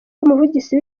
umuvugizi